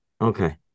Okay